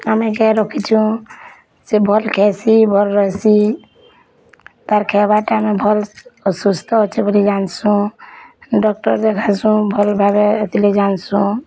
ଆମେ ଗାଈ ରଖିଚୁ ସେ ଭଲ୍ ଖାଇସି ଭଲ୍ ରହେସି ତାର ଖାଇବାଟା ଆମେ ଭଲ୍ ଅସୁସ୍ଥ ଅଛି ବୋଲି ଜାନ୍ସୁଁ ଡକ୍ଟର୍ ଦେଖାସୁଁ ଭଲ୍ ଭାବରେ ଥିଲେ ଜାନିସୁଁ